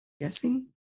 guessing